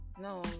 no